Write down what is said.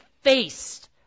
faced